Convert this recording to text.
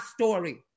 story